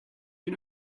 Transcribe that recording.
you